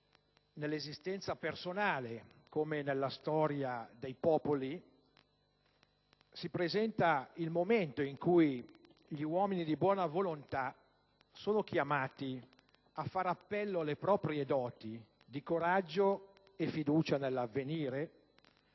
nell'esistenza personale, come nella storia dei popoli, si presenta il momento in cui gli uomini di buona volontà sono chiamati a far appello alle proprie doti di coraggio e fiducia nell'avvenire,